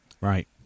Right